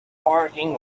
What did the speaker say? parking